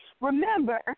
Remember